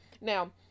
Now